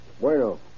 Bueno